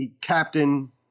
captain